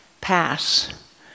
pass